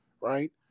right